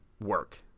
work